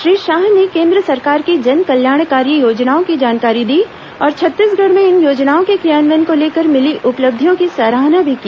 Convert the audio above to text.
श्री शाह ने केन्द्र सरकार की जनकल्याणकारी योजनाओं की जानकारी दी और छत्तीसगढ़ में इन योजनाओं के क्रियान्वयन को लेकर मिली उपलब्धियों की सराहना भी की